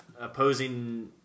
opposing